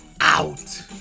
out